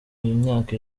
myaka